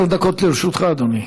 עשר דקות לרשותך, אדוני.